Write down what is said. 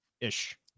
ish